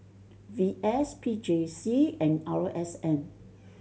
V S P J C and R S N